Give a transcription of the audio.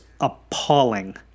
Appalling